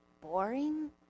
boring